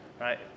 right